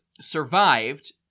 survived